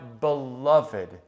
beloved